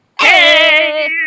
Hey